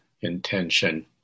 intention